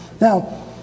Now